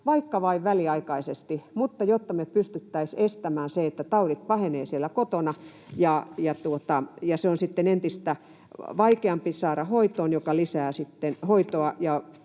vaikka vain väliaikaisesti, jotta me pystyttäisiin estämään se, että taudit pahenevat siellä kotona. Se on sitten entistä vaikeampaa hoitaa, ja se lisää hoitoa,